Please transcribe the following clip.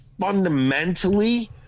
fundamentally